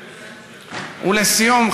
ולסיום,